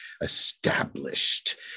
Established